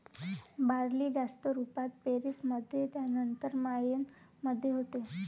barley जास्त रुपात पेरीस मध्ये त्यानंतर मायेन मध्ये होते